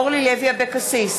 אורלי לוי אבקסיס,